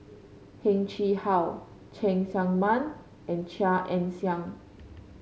Heng Chee How Cheng Tsang Man and Chia Ann Siang